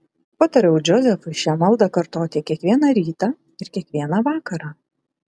patariau džozefui šią maldą kartoti kiekvieną rytą ir kiekvieną vakarą